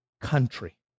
country